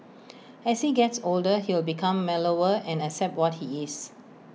as he gets older he'll become mellower and accept what he is